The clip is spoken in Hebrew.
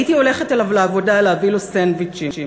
הייתי הולכת אליו לעבודה להביא לו סנדוויצ'ים,